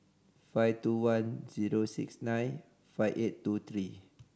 five two one zero six nine five eight two three